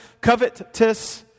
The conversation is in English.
covetous